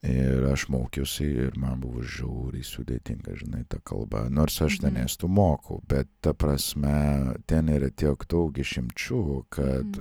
ir aš mokiausi ir man buvo žiauriai sudėtinga žinai ta kalba nors aš ten estų moku bet ta prasme ten yra tiek daug išimčių kad